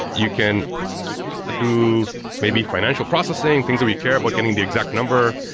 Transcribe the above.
you can do maybe financial processing. things that we care about getting the exact number,